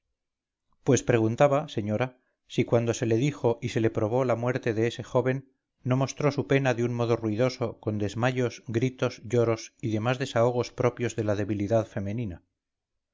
pues preguntaba señora si cuando se le dijo y se le probó la muerte de ese joven no mostró su pena de un modo ruidoso con desmayos gritos lloros y demás desahogos propios de la debilidad femenina